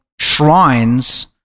shrines